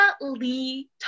Lee